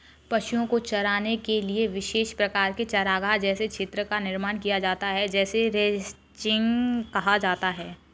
पशुओं को चराने के लिए विशेष प्रकार के चारागाह जैसे क्षेत्र का निर्माण किया जाता है जिसे रैंचिंग कहा जाता है